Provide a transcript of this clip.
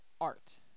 art